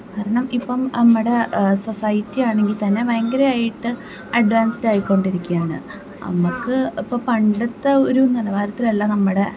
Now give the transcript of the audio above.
കാരണം ഇപ്പം അമ്മടെ സൊസൈറ്റിയാണെങ്കിൽ തന്നെ ഭയങ്കരമായിട്ട് അഡ്വാൻസ്ഡായി കൊണ്ടിരിക്കുകയാണ് അമ്മക്ക് ഇപ്പം പണ്ടത്തെ ഒരു നിലവാരത്തിലല്ല നമ്മുടെ